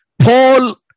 Paul